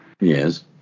Yes